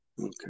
Okay